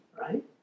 right